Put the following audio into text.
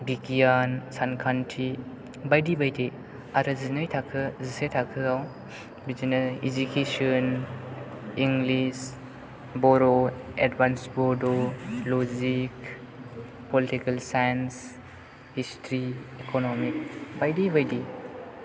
बिगियान सानखान्थि बायदि बायदि आरो जिनै थाखो जिसे थाखोआव बिदिनो education English Boro advance Bodo logic political science history economic बायदि बायदि